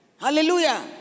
Hallelujah